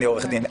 אני עורך דין.